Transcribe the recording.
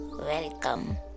Welcome